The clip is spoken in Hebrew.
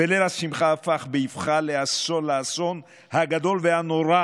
וליל השמחה הפך באבחה לאסון הגדול והנורא